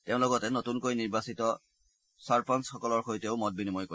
তেওঁ লগতে নতুনকৈ নিৰ্বাচিত হোৱা চৰপঞ্চসকলৰ সৈতেও মত বিনিময় কৰিব